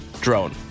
drone